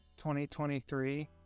2023